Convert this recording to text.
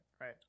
right